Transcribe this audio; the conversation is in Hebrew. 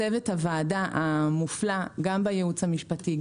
צוות הוועדה המופלא גם בייעוץ המשפטי,